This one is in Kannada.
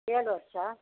ಏಳು ವರ್ಷ